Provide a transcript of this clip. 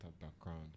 background